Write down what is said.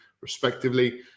respectively